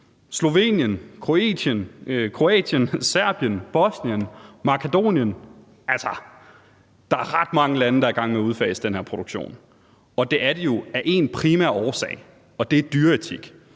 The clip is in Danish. Slovenien, Kroatien, Serbien, Bosnien, Makedonien. Altså, der er ret mange lande, der er i gang med at udfase den her produktion, og det er de jo af en primær årsag, og det er dyreetik,